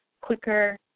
quicker